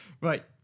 Right